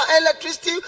electricity